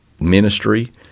ministry